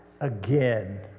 again